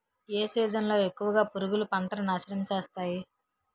ఏ season లో ఎక్కువుగా పురుగులు పంటను నాశనం చేస్తాయి?